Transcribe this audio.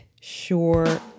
sure